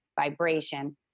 vibration